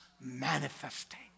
manifesting